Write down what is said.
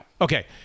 Okay